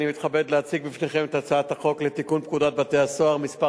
אני מתכבד להציג בפניכם את הצעת חוק לתיקון פקודת בתי-הסוהר (מס'